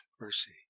mercy